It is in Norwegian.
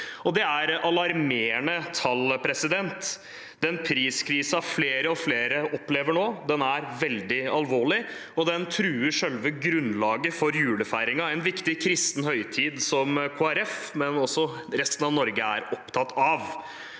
Det er et alarmerende tall. Den priskrisa flere og flere opplever nå, er veldig alvorlig, og den truer selve grunnlaget for julefeiringen, en viktig kristen høytid som Kristelig Folkeparti, men også resten av Norge, er opptatt av.